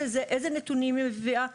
איזה נתונים היא מביאה,